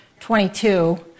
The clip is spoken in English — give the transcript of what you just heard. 22